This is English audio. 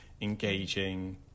engaging